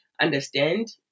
understand